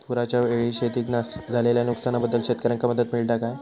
पुराच्यायेळी शेतीत झालेल्या नुकसनाबद्दल शेतकऱ्यांका मदत मिळता काय?